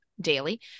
daily